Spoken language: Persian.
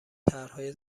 طرحهای